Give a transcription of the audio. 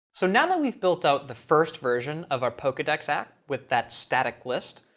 so now that we've built out the first version of our pokedex app with that static list,